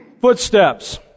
footsteps